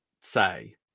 say